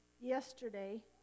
yesterday